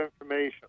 information